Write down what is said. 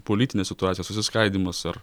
politinė situacija susiskaidymas ar